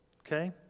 Okay